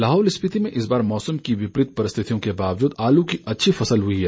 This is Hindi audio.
लाहौल स्पीति में इस बार मौसम की वितरित परिस्थितियों के बावजूद आलू की अच्छी फसल हुई है